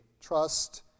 trust